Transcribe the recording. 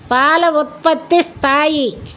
పాల ఉత్పత్తి స్థాయి